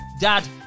dad